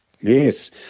Yes